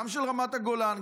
גם של רמת הגולן,